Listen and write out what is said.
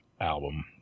album